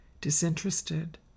disinterested